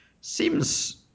seems